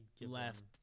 left